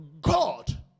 God